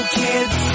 kids